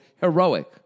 heroic